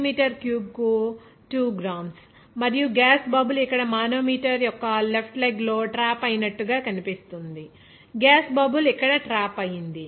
0 గ్రాములు మరియు gas bubble ఇక్కడ మానోమీటర్ యొక్క లెఫ్ట్ లెగ్ లో ట్రాప్ అయినట్టు గా కనిపిస్తుంది గ్యాస్ బబుల్ ఇక్కడ ట్రాప్ అయ్యింది